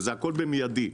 והכול במידי.